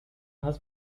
has